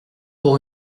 pour